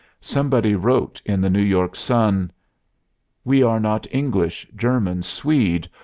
somebody wrote in the new york sun we are not english, german, swede,